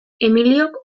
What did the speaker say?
emiliok